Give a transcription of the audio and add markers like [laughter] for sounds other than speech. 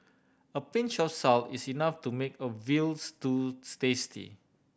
a pinch of salt is enough to make a veal stew [unintelligible] tasty